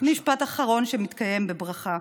אחרון שמתקיים בברכה,